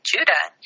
Judah